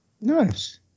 Nice